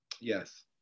Yes